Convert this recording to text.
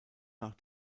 nach